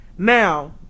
Now